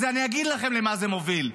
אז אני אגיד לכם למה זה מוביל.